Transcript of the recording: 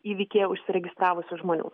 įvykyje užsiregistravusių žmonių